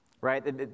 right